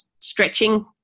stretching